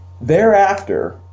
Thereafter